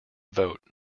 vote